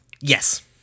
Yes